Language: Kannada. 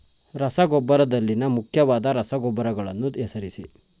ರಸಗೊಬ್ಬರದಲ್ಲಿನ ಮುಖ್ಯವಾದ ರಸಗೊಬ್ಬರಗಳನ್ನು ಹೆಸರಿಸಿ?